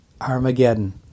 Armageddon